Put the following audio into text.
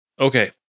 Okay